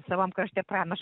savam krašte pranašu